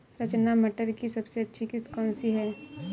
रचना मटर की सबसे अच्छी किश्त कौन सी है?